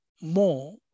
more